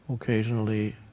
occasionally